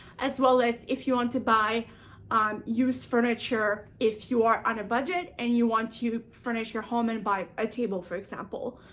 as well as if you want to buy um use furniture, if you are on a budget, and you want to furnish your home, and buy a table, for example.